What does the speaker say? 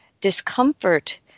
discomfort